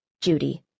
Judy